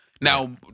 Now